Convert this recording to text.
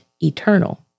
eternal